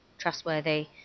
trustworthy